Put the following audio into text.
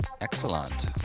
Excellent